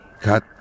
cut